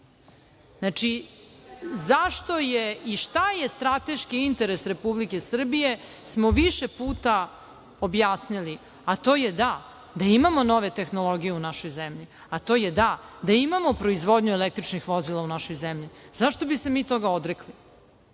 mora.Zašto je i šta je strateški interes Republike Srbije smo više puta objasnili, a to je, da, da imamo nove tehnologije u našoj zemlji, a to je da, da imamo proizvodnju električnih vozila u našoj zemlji. Zašto bi se mi toga odrekli?